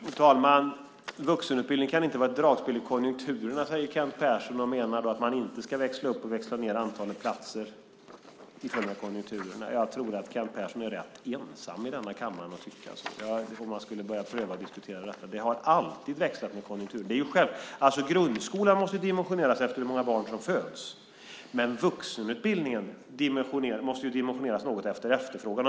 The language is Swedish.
Fru talman! Vuxenutbildningen kan inte vara ett dragspel i konjunkturerna, säger Kent Persson och menar att man inte ska växla upp och växla ned antalet platser beroende på konjunkturerna. Jag tror att Kent Persson är rätt ensam i denna kammare om att tycka det om man skulle börja diskutera det. Den har alltid växlat med konjunkturerna. Grundskolan måste dimensioneras efter hur många barn som föds. Men vuxenutbildningen måste dimensioneras efter efterfrågan.